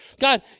God